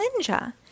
Ninja